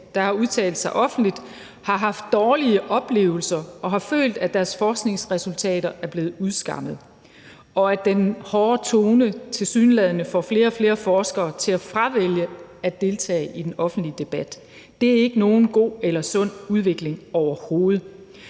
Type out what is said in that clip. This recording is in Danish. der har udtalt sig offentligt, har haft dårlige oplevelser og har følt, at deres forskningsresultater er blevet udskammet, og den hårde tone får tilsyneladende flere og flere forskere til at fravælge at deltage i den offentlige debat. Det er ikke nogen god eller sund udvikling overhovedet.